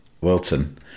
Wilton